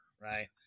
right